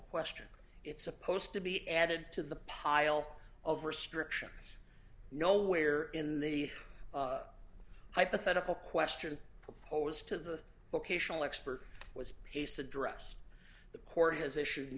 question it's supposed to be added to the pile of restrictions nowhere in the hypothetical question proposed to the vocational expert was pace address the court has issue